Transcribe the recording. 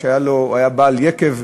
הוא היה בעל יקב,